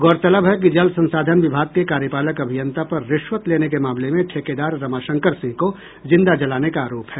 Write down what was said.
गौरतलब है कि जल संसाधन विभाग के कार्यपालक अभियंता पर रिश्वत लेने के मामले में ठेकेदार रमाशंकर सिंह को जिंदा जलाने का आरोप है